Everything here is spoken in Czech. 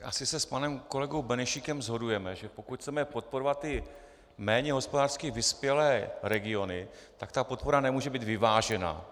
Asi se s panem kolegou Benešíkem shodujeme, že pokud chceme podporovat i méně hospodářsky vyspělé regiony, tak ta podpora nemůže být vyvážená.